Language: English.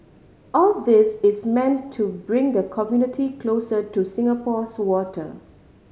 all this is meant to bring the community closer to Singapore's water